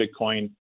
Bitcoin